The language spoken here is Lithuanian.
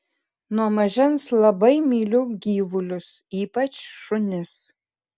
nuo mažens labai myliu gyvulius ypač šunis